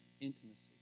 intimacy